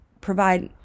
provide